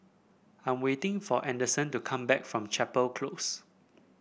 I am waiting for Adyson to come back from Chapel Close